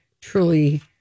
truly